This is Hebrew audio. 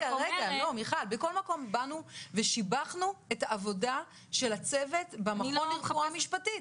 בכל מקום באנו ושיבחנו את העבודה של הצוות במכון לרפואה משפטית.